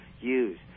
use